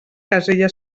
casella